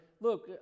look